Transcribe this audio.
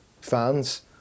fans